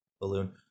balloon